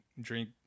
drink